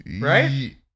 right